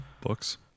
books